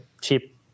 cheap